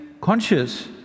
conscious